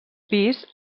pis